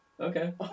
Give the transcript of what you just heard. Okay